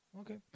okay